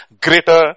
greater